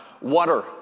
Water